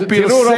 הוא פרסם,